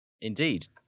Indeed